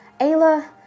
Ayla